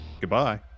Goodbye